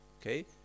okay